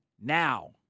now